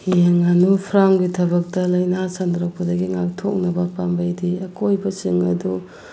ꯌꯦꯟ ꯉꯥꯅꯨ ꯐꯥꯔꯝꯒꯤ ꯊꯕꯛꯇ ꯂꯥꯏꯅꯥ ꯁꯟꯗꯣꯔꯛꯄꯗꯒꯤ ꯉꯥꯛꯊꯣꯛꯅꯕ ꯄꯥꯝꯕꯩꯗꯤ ꯑꯀꯣꯏꯕ ꯁꯤꯡ ꯑꯗꯨ